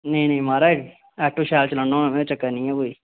नेई नेई माराज आटो शैल चलाना हुन्ना मैं चक्कर नी ऐ कोई